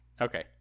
Okay